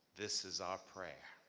this is our prayer.